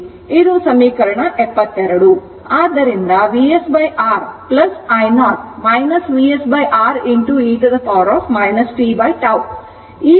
ಇದು ಸಮೀಕರಣ 72 ಆದ್ದರಿಂದ VsR i0 VsR e t tτ ಈ ಪದವನ್ನು ಮೊದಲು ಬರೆಯುವುದು